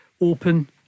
open